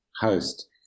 host